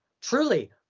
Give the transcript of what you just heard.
truly